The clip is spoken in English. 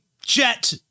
jet